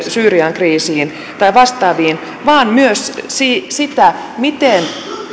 syyrian kriisiin tai vastaaviin vaan myös sitä sitä miten